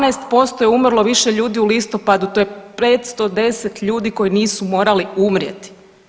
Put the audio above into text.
12% je umrlo više ljudi u listopadu, to je 510 ljudi koji nisu morali umrijeti.